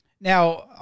Now